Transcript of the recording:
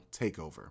Takeover